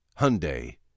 Hyundai